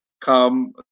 come